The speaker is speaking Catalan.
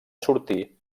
sortir